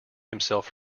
himself